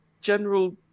general